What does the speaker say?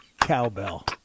Cowbell